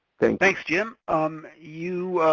thanks jim. um you,